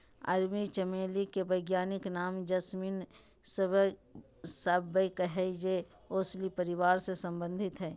अरबी चमेली के वैज्ञानिक नाम जैस्मीनम सांबैक हइ जे ओलेसी परिवार से संबंधित हइ